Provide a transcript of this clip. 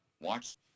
watch